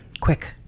Quick